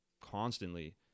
constantly